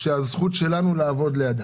זו הזכות שלנו לעבוד לידם.